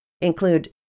include